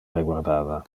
reguardava